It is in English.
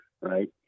right